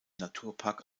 naturpark